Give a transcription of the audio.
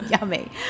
yummy